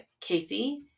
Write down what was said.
Casey